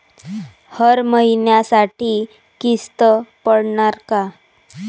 हर महिन्यासाठी किस्त पडनार का?